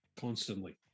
Constantly